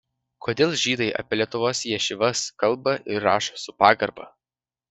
kodėl žydai apie lietuvos ješivas kalba ir rašo su pagarba